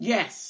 Yes